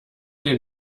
den